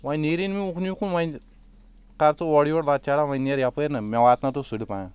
وۄنۍ نیٖرِن اُکُن یکُن وۄنۍ کر ژٕ اور یور لچہِ چارا وۄنۍ نیر یپٲرۍ نہ مےٚ واتناو تہٕ سُلہِ پہم